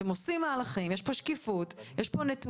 אתם עושים מהלכים, יש פה שקיפות, יש פה נתונים.